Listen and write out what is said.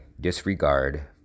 disregard